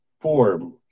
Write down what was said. form